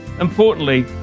importantly